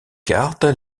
cartes